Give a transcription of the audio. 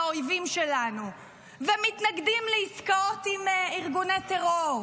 לאויבים שלנו ומתנגדים לעסקאות עם ארגוני הטרור